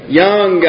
young